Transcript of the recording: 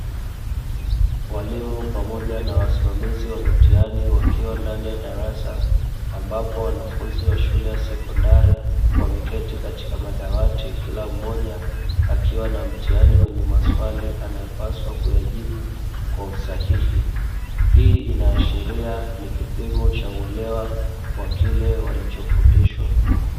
Walimu pamoja na wasimamizi wa mitihani wakiwa ndani ya darasa ambapo wanafunzi wa shule ya sekondari wameketi katika madawati, kila mmoja akiwa na mtihani wenye maswali anayepaswa kuyajibu kwa usahihi. Hii inaashiria ni kipimo cha uelewa wa kile walichofundishwa.